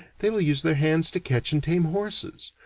they will use their hands to catch and tame horses,